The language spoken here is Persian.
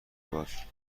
باش